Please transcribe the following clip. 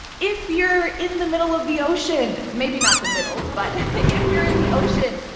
if you're in the middle of the ocean, maybe not the middle, but if you're in the ocean,